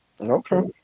Okay